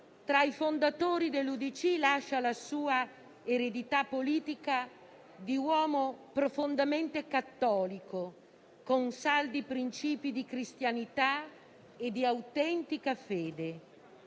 Tra i fondatori dell'UDC, lascia la sua eredità politica di uomo profondamente cattolico, con saldi principi di cristianità e di autentica fede.